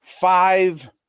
five